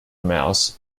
mouse